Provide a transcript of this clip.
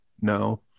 no